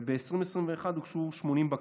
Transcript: וב-2021 הוגשו 80 בקשות.